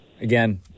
again